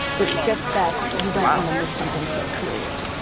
it's just that you don't want to miss something so serious.